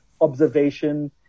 observation